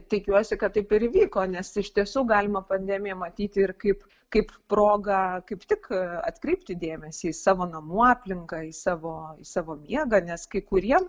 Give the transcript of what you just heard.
tikiuosi kad taip ir įvyko nes iš tiesų galima pandemiją matyti ir kaip kaip progą kaip tik atkreipti dėmesį į savo namų aplinką į savo savo miegą nes kai kuriem